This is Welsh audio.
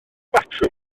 batrwm